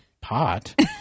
pot